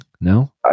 No